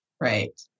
Right